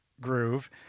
groove